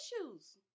issues